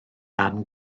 ann